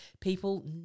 people